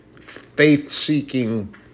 faith-seeking